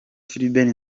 philbert